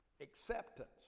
acceptance